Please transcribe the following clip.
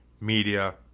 Media